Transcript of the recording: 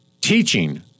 teaching